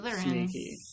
sneaky